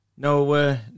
No